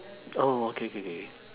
oh okay K K